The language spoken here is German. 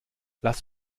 lass